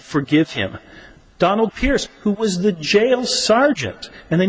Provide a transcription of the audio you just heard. forgive him donald pierce who was the jail sergeant and they